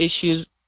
issues